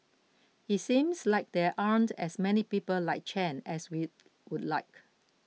it seems like there aren't as many people like Chen as we would like